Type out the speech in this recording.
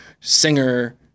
singer